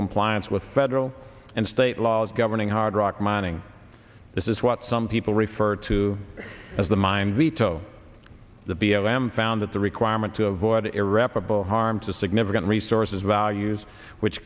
compliance with federal and state laws governing hardrock mining this is what some people refer to as the mine veto the bill o m found that the requirement to avoid irreparable harm to significant resources values which